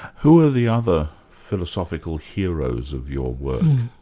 who are the other philosophical heroes of your work?